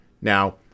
Now